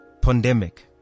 pandemic